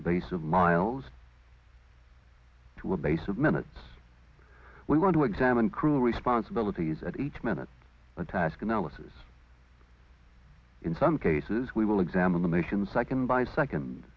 a base of miles to a base of minutes we want to examine crew responsibilities at each minute the task analysis in some cases we will examine the nation's second by second